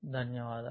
ధన్యవాదాలు